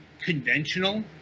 conventional